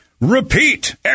repeat